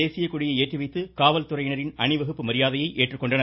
தேசியக்கொடியை ஏற்றி வைத்து காவல்துறையினாின் அணிவகுப்பு மரியாதையை ஏற்றுக்கொண்டனர்